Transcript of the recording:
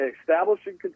establishing